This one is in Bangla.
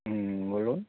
হুম বলুন